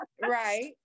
right